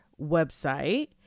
website